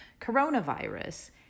coronavirus